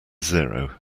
zero